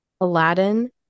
Aladdin